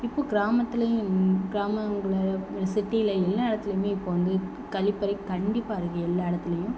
இப்போது கிராமத்துலேயும் கிராம உள்ளார சிட்டியில் எல்லா இடத்துலேயுமே இப்போது வந்து கழிப்பறை கண்டிப்பாக இருக்குது எல்லா இடத்துலேயும்